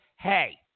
Hey